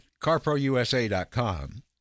carprousa.com